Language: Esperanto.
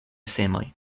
semoj